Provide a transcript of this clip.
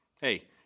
Hey